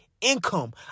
income